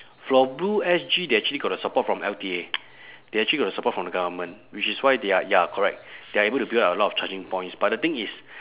for blue S_G they actually got the support from L_T_A they actually got support from the government which is why they are ya correct they are able to build up a lot of charging points but the thing is